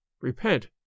repent